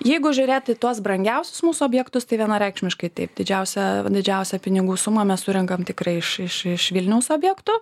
jeigu žiūrėt į tuos brangiausius mūsų objektus tai vienareikšmiškai taip didžiausią didžiausią pinigų sumą mes surenkam tikrai iš iš iš vilniaus objektų